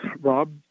Rob